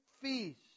feast